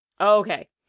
Okay